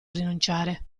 rinunciare